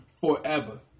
forever